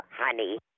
honey